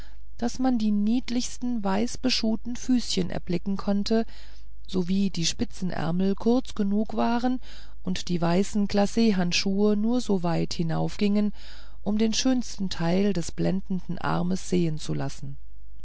daß man die niedlichsten weißbeschuhten füßchen erblicken konnte sowie die spitzenärmel kurz genug waren und die weißen glachandschuhe nur so weit hinaufgingen um den schönsten teil des blendenden arms sehen zu lassen